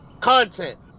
content